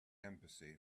embassy